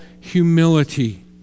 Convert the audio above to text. humility